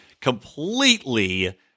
completely